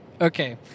Okay